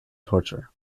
torture